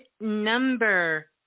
number